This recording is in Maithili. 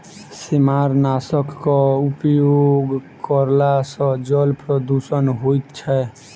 सेमारनाशकक उपयोग करला सॅ जल प्रदूषण होइत छै